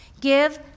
Give